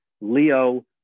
Leo